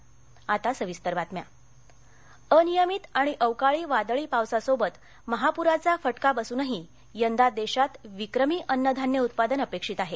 पीकपाणी अनियमित आणि अवकाळी वादळी पावसासोबत महाप्रांचा फटका बसूनही यंदा देशात विक्रमी अन्नधान्य उत्पादन अपेक्षित आहे